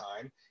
time